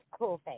Coolface